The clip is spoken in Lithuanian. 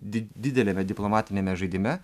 did dideliame diplomatiniame žaidime